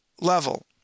level